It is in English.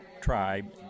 tribe